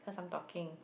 cause I'm talking